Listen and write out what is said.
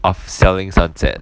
of selling sunset